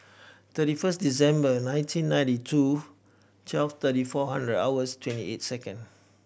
thirty first December nineteen ninety two twelve thirty four hundred hours twenty eight second